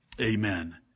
Amen